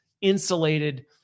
insulated